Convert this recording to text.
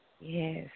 Yes